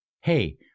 Hey